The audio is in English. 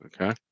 Okay